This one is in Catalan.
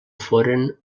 foren